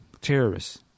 terrorists